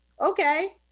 okay